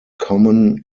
common